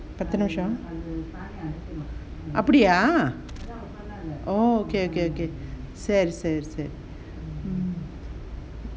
பத்து நிமிஷம் அப்படியா:pathu nimisham appadiya oh okay okay okay சரி சரி சரி:sari sari sari